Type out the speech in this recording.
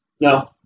no